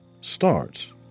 starts